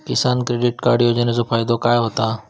किसान credit card योजनेचो फायदो काय होता?